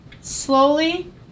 slowly